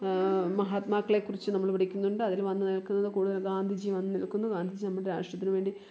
മഹാത്മാക്കളെക്കുറിച്ചും നമ്മൾ പഠിക്കുന്നുണ്ട് അതിൽ വന്നേക്കണത് കൂടുതൽ ഗാന്ധിജി വന്നേക്കുന്നു ഗാന്ധിജി നമ്മുടെ രാഷ്ട്രത്തിനു വേണ്ടി